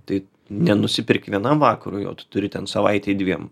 tai nenusipirki vienam vakarui o tu turi ten savaitei dviem